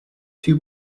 two